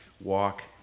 walk